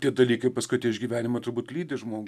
tie dalykai paskut iš gyvenimą turbūt lydi žmogų